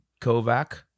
Kovac